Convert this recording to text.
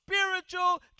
spiritual